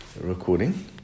recording